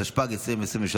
התשפ"ג 2023,